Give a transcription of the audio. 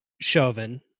Chauvin